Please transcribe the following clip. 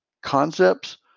concepts